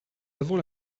avons